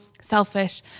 selfish